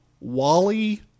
Wally